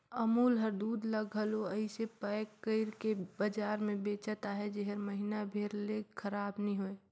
अमूल हर दूद ल घलो अइसे पएक कइर के बजार में बेंचत अहे जेहर महिना भेर ले खराब नी होए